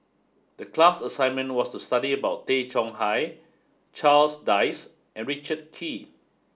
the class assignment was to study about Tay Chong Hai Charles Dyce and Richard Kee